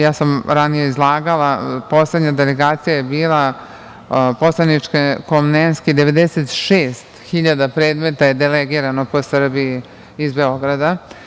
Ja sam ranije izlagala, poslednja delegacija je bila, poslaniče Komlenski, 96 hiljada predmeta je delegirano po Srbiji iz Beograda.